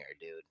dude